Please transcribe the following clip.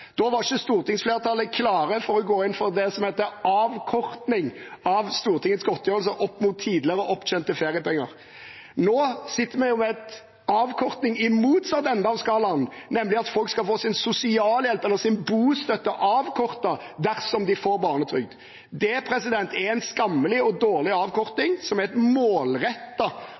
Da var ikke stortingsflertallet klare for å gå inn for det som heter avkorting av Stortingets godtgjørelse opp mot tidligere opptjente feriepenger. Nå sitter vi med avkorting i motsatt ende av skalaen, nemlig at folk skal få sin sosialhjelp eller sin bostøtte avkortet dersom de får barnetrygd. Det er en skammelig og dårlig avkorting som er et